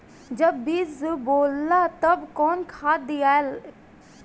जब बीज बोवाला तब कौन खाद दियाई?